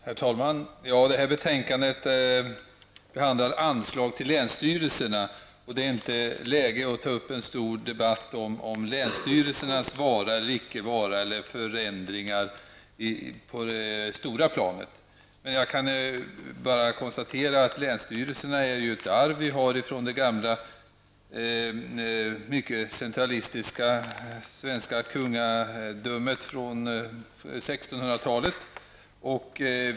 Herr talman! Det här betänkandet behandlar anslag till länsstyrelserna. Det är inte läge att ta upp en stor debatt om länsstyrelsernas vara eller icke vara eller förändringar på det stora planet. Länsstyrelserna är ett arv från det gamla, centralistiska svenska kungadömet på 1600-talet.